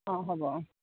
অঁ হ'ব অঁ